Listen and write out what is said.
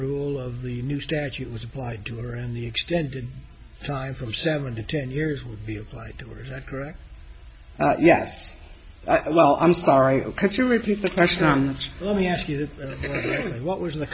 rule of the new statute was applied to her and the extended time from seven to ten years would be applied to are correct yes i well i'm sorry could you repeat the question on that let me ask you this what was the